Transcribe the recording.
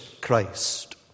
Christ